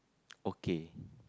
okay